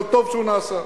אבל טוב שהוא נעשה.